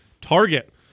target